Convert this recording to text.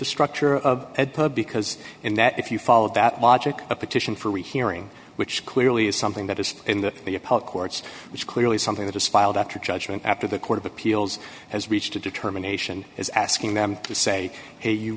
the structure of because in that if you follow that logic a petition for rehearing which clearly is something that is in the courts which clearly something that was filed after judgment after the court of appeals has reached a determination is asking them to say hey you